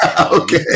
okay